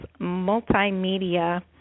multimedia